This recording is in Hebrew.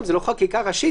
זו לא חקיקה ראשית,